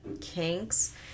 kinks